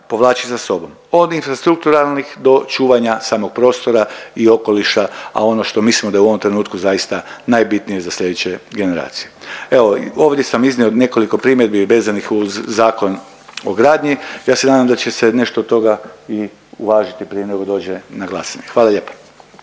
povlači za sobom, od infrastrukturalnih do čuvanja samog prostora i okoliša, a ono što mislimo da je u ovom trenutku zaista najbitnije za sljedeće generacije. Evo, ovdje sam iznio nekoliko primjedbi vezanih uz Zakon o gradnji, ja se nadam da će se nešto od toga i uvažiti prije nego što dođe na glasanje. Hvala lijepo.